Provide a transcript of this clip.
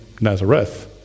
Nazareth